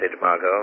Margot